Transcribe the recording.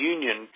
Union